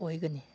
ꯑꯣꯏꯒꯅꯤ